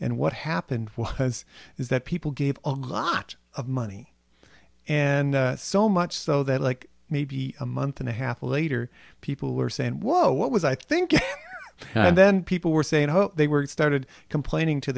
and what happened was is that people gave a lot of money and so much so that like maybe a month and a half later people were saying whoa what was i thinking and then people were saying whoa they were started complaining to